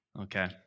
Okay